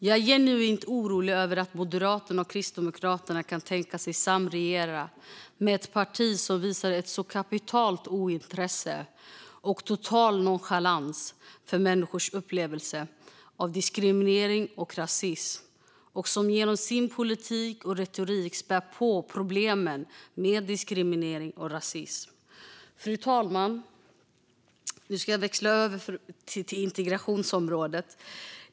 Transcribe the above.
Jag är genuint orolig över att Moderaterna och Kristdemokraterna kan tänka sig att samregera med ett parti som visar ett så kapitalt ointresse och total nonchalans för människors upplevelser av diskriminering och rasism och som genom sin politik och retorik spär på problemen med diskriminering och rasism. Fru talman! Nu ska jag växla över till integrationsområdet.